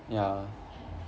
ya